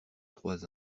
trois